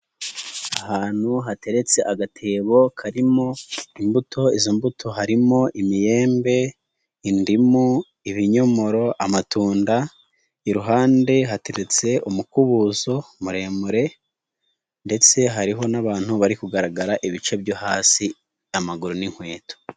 Ahantu hateretse agatebo karimo imbuto, izo mbuto harimo imiyembe, indimu, ibinyomoro amatunda, iruhande hateretse umukubuzo muremure ndetse hariho n'abantu bari kugaragara ibice byo hasi amaguru n'inkweto.